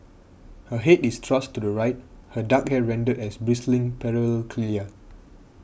her head is thrust to the right her dark hair rendered as bristling parallel cilia